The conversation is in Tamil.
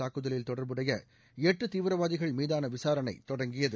தாக்குதலில் தொடர்புடைய எட்டு தீவிரவாதிகள் மீதான விசாரணை தொடங்கியது